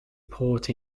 port